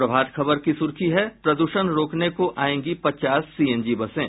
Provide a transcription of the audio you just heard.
प्रभात खबर की सुर्खी है प्रदूषण रोकने को आयेंगी पचास सीएनजी बसें